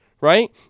right